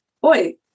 boy